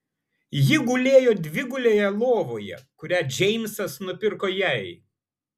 ji gulėjo dvigulėje lovoje kurią džeimsas nupirko jai